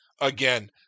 again